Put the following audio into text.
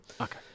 Okay